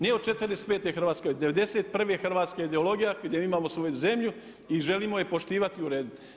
Ne od '45. hrvatska, od '91. hrvatska ideologija kad je imalo svoju zemlju i želimo je poštovati i urediti.